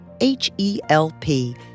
H-E-L-P